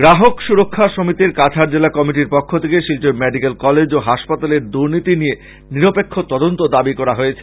গ্রাহক সুরক্ষা সমিতির কাছাড় জেলা কমিটির পক্ষ থেকে শিলচর মেডিকেল কলেজ ও হাসপাতালের দুনীতি নিয়ে নিরপেক্ষ তদন্ত দাবী করা হয়েছে